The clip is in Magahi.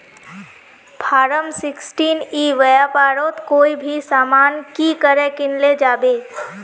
फारम सिक्सटीन ई व्यापारोत कोई भी सामान की करे किनले जाबे?